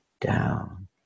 down